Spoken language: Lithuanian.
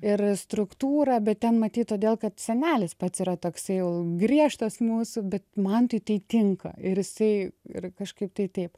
ir struktūrą bet ten matyt todėl kad senelis pats yra taksai jau griežtas mūsų bet mantui tai tinka ir jisai ir kažkaip tai taip